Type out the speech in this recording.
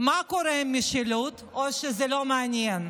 מה קורה עם משילות, או שזה לא מעניין?